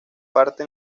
parte